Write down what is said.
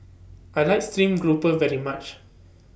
I like Stream Grouper very much